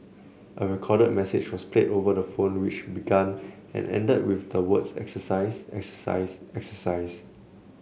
a recorded message was played over the phone which began and ended with the words exercise exercise exercise